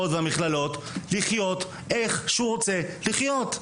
לחיות איך שהוא רוצה לחיות.